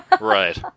Right